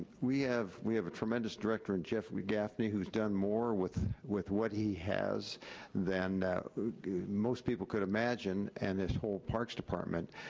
we have, we have a tremendous director in jeffery gaffney, who's done more with with what he has than most people could imagine, and this whole parks department,